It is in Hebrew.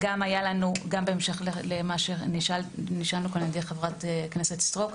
בהמשך למה שנשאלנו על ידי חברת הכנסת סטרוק,